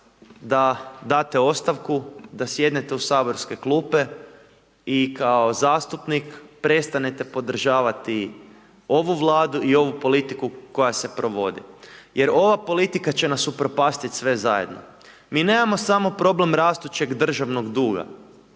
da date ostavku, da sjednete u saborske klupe i kao zastupnik prestanete podržavati ovu Vladu i ovu politiku koja se provodi. Jer ova politika će nas upropastiti sve zajedno. Mi nemamo samo problem rastućeg državnog duga,